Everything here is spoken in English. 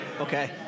Okay